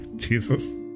Jesus